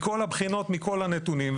מכל הבחינות, מכל הנתונים.